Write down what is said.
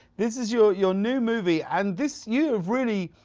this is your your new movie. and this, you have really,